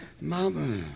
Mama